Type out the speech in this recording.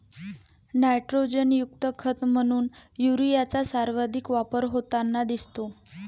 नायट्रोजनयुक्त खत म्हणून युरियाचा सर्वाधिक वापर होताना दिसतो